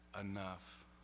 enough